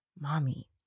mommy